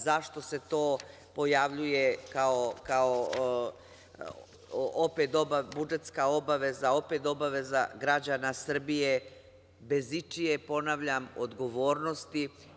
Zašto se to pojavljuje opet kao budžetska obaveza, opet obaveza građana Srbije, ponavljam, bez ičije odgovornosti?